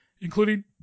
including